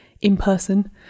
in-person